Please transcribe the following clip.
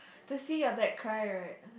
to see your dad cry right